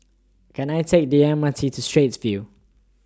Can I Take The M R T to Straits View